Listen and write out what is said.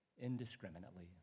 indiscriminately